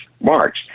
march